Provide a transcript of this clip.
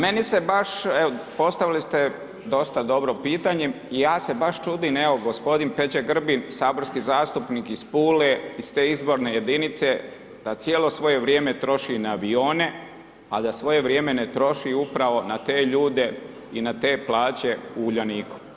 Pa meni se baš, evo postavili ste dosta dobro pitanje, ja se baš čudim evo gospodin Peđa Grbin, saborski zastupnik iz Pule iz te izborne jedinice, da cijelo svoje vrijeme troši i na avione, a da svoje vrijeme ne troši upravo na te ljude i na te plaće u Uljaniku.